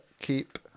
keep